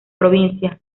provincia